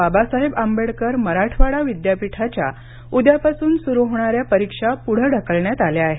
बाबासाहेब आंबेडकर मराठवाडा विद्यापीठाच्या उद्यापासून सुरू होणाऱ्या परीक्षा पुढे ढकलण्यात आल्या आहेत